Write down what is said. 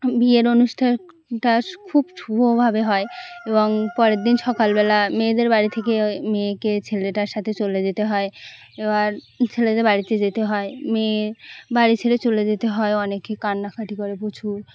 বিয়ের অনুষ্ঠানটা খুব শুভভাবে হয় এবং পরের দিন সকালবেলা মেয়েদের বাড়ি থেকে ও মেয়েকে ছেলেটার সাথে চলে যেতে হয় এবার ছেলেদের বাড়িতে যেতে হয় মেয়ের বাড়ি ছেড়ে চলে যেতে হয় অনেকে কান্নাকাটি করে প্রচুর